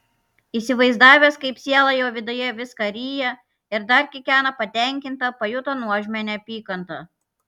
įsivaizdavęs kaip siela jo viduje viską ryja ir dar kikena patenkinta pajuto nuožmią neapykantą